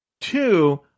Two